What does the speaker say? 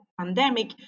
pandemic